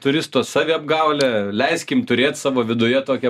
turisto saviapgaulė leiskim turėt savo viduje tokią